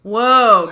Whoa